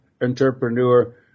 entrepreneur